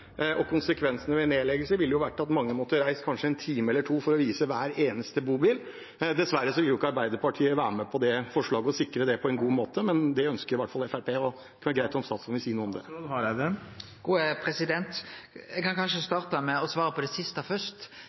og konsekvensen ved nedleggelser ville jo vært at mange måtte reist kanskje en time eller to for å vise hver eneste bobil. Dessverre vil ikke Arbeiderpartiet være med på forslaget om å sikre det på en god måte, men det ønsker i hvert fall Fremskrittspartiet, og det kunne vært greit om statsråden ville si noe om det. Eg kan kanskje starte med å svare på det siste først.